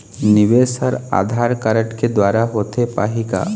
निवेश हर आधार कारड के द्वारा होथे पाही का?